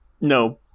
No